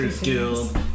Guild